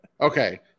Okay